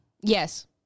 Yes